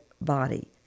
body